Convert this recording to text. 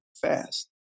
fast